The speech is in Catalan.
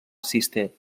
cister